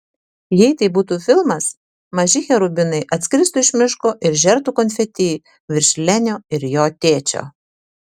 jei tai būtų filmas maži cherubinai atskristų iš miško ir žertų konfeti virš lenio ir jo tėčio